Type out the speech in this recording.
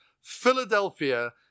Philadelphia